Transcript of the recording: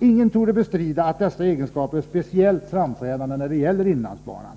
Ingen torde bestrida att dessa egenskaper är speciellt framträdande när det gäller inlandsbanan.